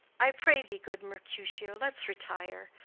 i pray thee, good mercutio, let's retire.